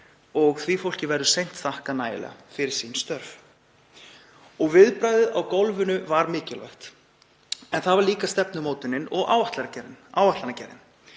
Því fólki verður seint þakkað nægilega fyrir sín störf. Viðbragðið á gólfinu var mikilvægt en það var líka stefnumótunin og áætlanagerðin.